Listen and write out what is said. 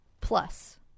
Plus